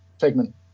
segment